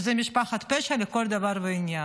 שהוא משפחת פשע לכל דבר ועניין,